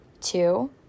two